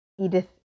Edith